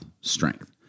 strength